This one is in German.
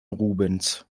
rubens